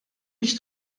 biex